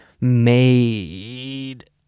made